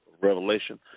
Revelation